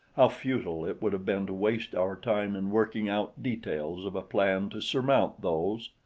how futile it would have been to waste our time in working out details of a plan to surmount those.